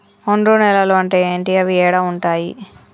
ఒండ్రు నేలలు అంటే ఏంటి? అవి ఏడ ఉంటాయి?